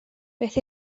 beth